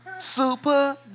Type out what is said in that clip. Super